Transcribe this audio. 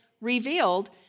revealed